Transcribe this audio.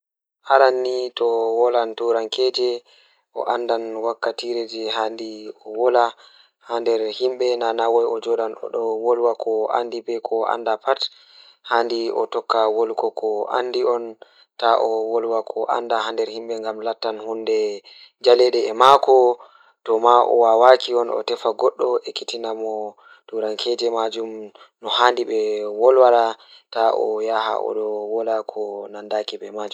Aran ni to awolan turankoore a anda wakkati haandi a vola Ngam teeŋtino faalaaɗo faandu e jamaa, no waawataa yo toɓɓito ɗiɗi ɗe njettude. To, ko fiiɓtude e heɓde habbanaare huɗoɗe ɗum wakkil ɗiɗo no waɗi, ɗum haɓɓude e cuɓugol ɗum. Kadi, nguurto adɗa so aɗa seeda, teeŋtino hotooɗo njiɗiiɗo wakkila. Ɗuum ena holli ɗe njariiya e wakkila.